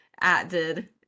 acted